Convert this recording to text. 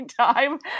time